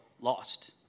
lost